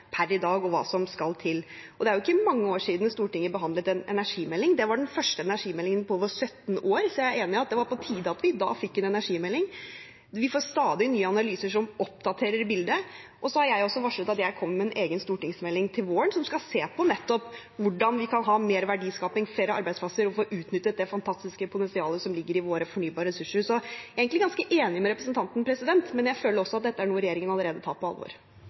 per i dag, og hva som skal til. Det er ikke mange år siden Stortinget behandlet en energimelding. Det var den første energimeldingen på over 17 år, så jeg er enig i at det var på tide at vi da fikk en energimelding. Vi får stadig nye analyser som oppdaterer bildet, og jeg har også varslet at jeg kommer med en egen stortingsmelding til våren som skal se på nettopp hvordan vi kan ha mer verdiskaping, flere arbeidsplasser og få utnyttet det fantastiske potensialet som ligger i våre fornybare ressurser. Så jeg er egentlig ganske enig med representanten, men jeg føler også at dette er noe regjeringen allerede tar på alvor.